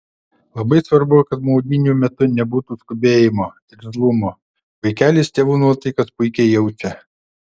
labai svarbu kad maudynių metu nebūtų skubėjimo irzlumo vaikelis tėvų nuotaikas puikiai jaučia